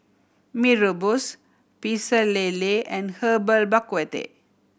Mee Rebus Pecel Lele and Herbal Bak Ku Teh